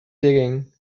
digging